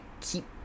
keep